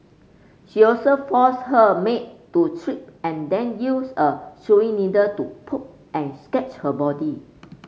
she also forced her maid to strip and then used a sewing needle to poke and sketch her body